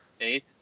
eight